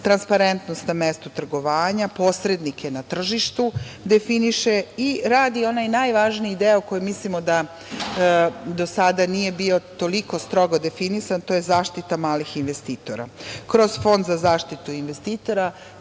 transparentnost na mestu trgovanja, posrednike na tržištu definiše i radi onaj najvažniji deo koji mislimo da do sada nije bio toliko strogo definisan, to je zaštita malih investitora, kroz Fond za zaštitu investitora.